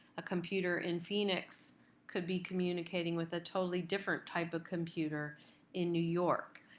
a computer in phoenix could be communicating with a totally different type of computer in new york.